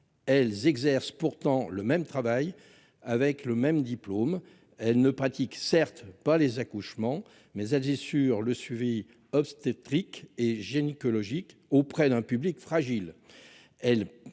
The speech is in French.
Elles exercent pourtant le même travail, avec le même diplôme. Elles ne pratiquent pas, certes, les accouchements, mais assurent le suivi obstétrique et gynécologique auprès d'un public fragile.